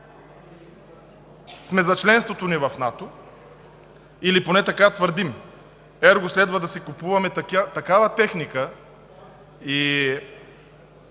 сме за членството ни в НАТО или поне така твърдим. Ерго следва да си купуваме такава техника и